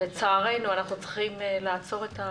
אנחנו צריכים לעצור את התופעה.